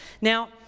Now